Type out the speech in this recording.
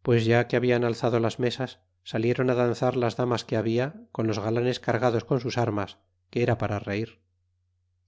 pues ya que hablan alzado las mesas salieron á danzar las damas que habla con los galanes cargados con sus armas que era para reir